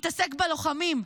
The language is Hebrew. מתעסק בלוחמים,